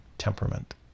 temperament